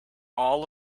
all